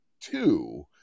two